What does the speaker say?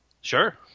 sure